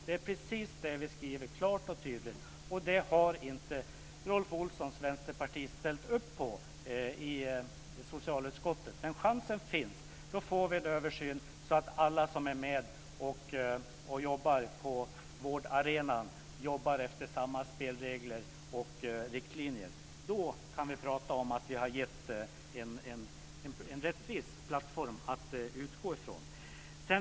Detta skriver vi klart och tydligt, och det har Rolf Olsson, Vänsterpartiet, inte ställt sig bakom i socialutskottet. Det finns en chans att vi får en översyn, så att alla som jobbar på vårdarenan följer samma spelregler och riktlinjer. Då kan vi tala om att vi har skapat en rättvis plattform att stå på.